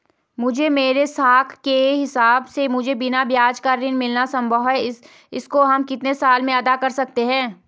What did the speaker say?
मुझे मेरे साख के हिसाब से मुझे बिना ब्याज का ऋण मिलना संभव है इसको हम कितने साल में अदा कर सकते हैं?